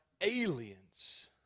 aliens